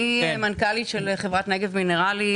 אני מנכ"לית של חברת "נגב מינרלים".